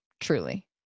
Truly